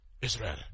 Israel